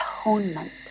atonement